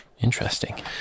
interesting